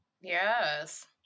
Yes